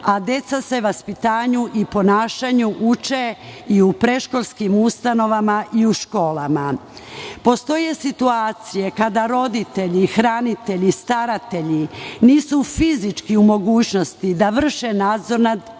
a deca se vaspitanju i ponašanju uče i u predškolskim ustanovama i u školama. Postoje situacije kada roditelji, hranitelji i staratelji nisu fizički u mogućnosti da vrše nadzor nad